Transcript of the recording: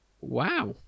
Wow